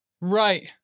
Right